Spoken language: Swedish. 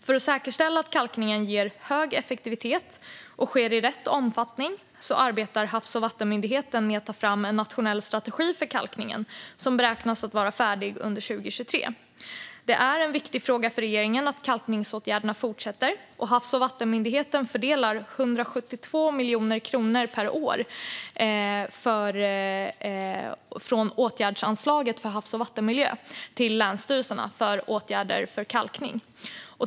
För att säkerställa att kalkningen ger hög effektivitet och sker i rätt omfattning arbetar Havs och vattenmyndigheten med att ta fram en nationell strategi för kalkningen som beräknas vara färdig under 2023. Det är en viktig fråga för regeringen att kalkningsåtgärderna fortsätter. Havs och vattenmyndigheten fördelar 172 miljoner kronor per år från åtgärdsanslaget för havs och vattenmiljö till länsstyrelserna för åtgärder för kalkning.